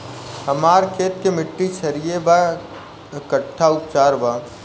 हमर खेत के मिट्टी क्षारीय बा कट्ठा उपचार बा?